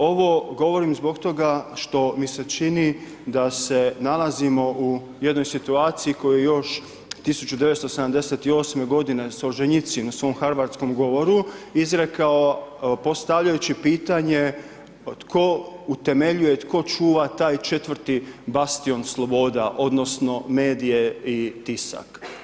Ovo govorim zbog toga što mi se čini da se nalazimo u jednoj situaciji koju još 1978. godine Solženjicin na svoj harwardskom govoru izrekao postavljajući pitanje tko utemeljuje, tko čuva taj 4. bastion sloboda, odnosno medije i tisak.